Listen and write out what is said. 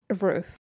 roof